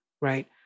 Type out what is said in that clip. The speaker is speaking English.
right